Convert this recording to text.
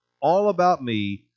all-about-me